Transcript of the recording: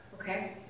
Okay